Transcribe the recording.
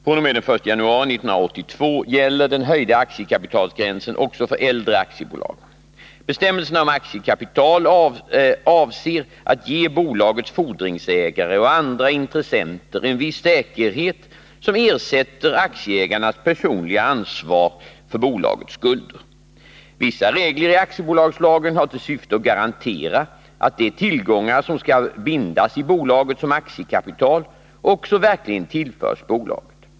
fr.o.m. den 1 januari 1982 gäller den höjda aktiekapitalsgränsen också för äldre aktiebolag. Bestämmelserna om aktiekapital avser att ge bolagets fordringsägare och andra intressenter en viss säkerhet som ersätter aktieägarnas personliga ansvar för bolagets skulder. Vissa regler i aktiebolagslagen har till syfte att garantera att de tillgångar som skall bindas i bolaget som aktiekapital också verkligen tillförs bolaget.